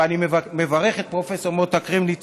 ואני מברך את פרופ' מוטה קרמניצר